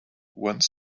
one